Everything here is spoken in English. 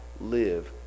live